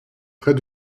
près